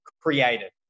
created